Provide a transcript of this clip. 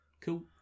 Cool